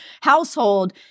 household